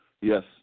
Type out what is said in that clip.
Yes